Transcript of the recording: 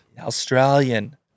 Australian